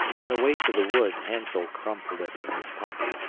on the way to the wood hansel crumbled it in his pocket,